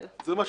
שסוכם.